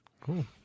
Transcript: Cool